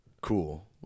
cool